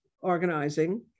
organizing